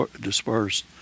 dispersed